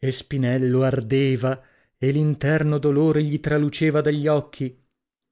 e spinello ardeva e l'interno ardore gli traluceva dagli occhi